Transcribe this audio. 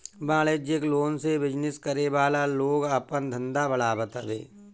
वाणिज्यिक लोन से बिजनेस करे वाला लोग आपन धंधा बढ़ावत हवे